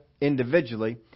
individually